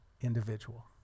individual